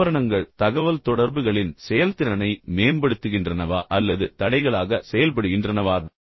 ஆபரணங்கள் தகவல்தொடர்புகளின் செயல்திறனை மேம்படுத்துகின்றனவா அல்லது தடைகளாக செயல்படுகின்றனவா